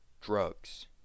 drugs